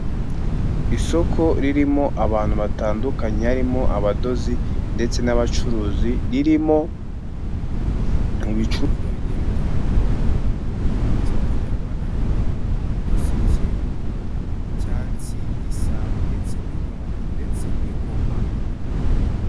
Isoko ririmo abantu batandukanye harimo abadozi ndetse n'abacuruzi, ririmo mu ibicuruzwa bigiye bitandukanye by'umuco wa kinyarwanda harimo uduseke, icyansi, igisabo ndetse n'inkoko ndetse n'ingoma.